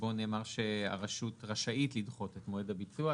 שבו נאמר שהרשות רשאית לדחות את מועד הביצוע.